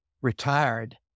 retired